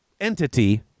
entity